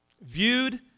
viewed